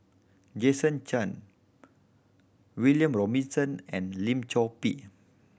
Jason Chan William Robinson and Lim Chor Pee